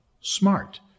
smart